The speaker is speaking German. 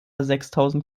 sechstausend